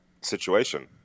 situation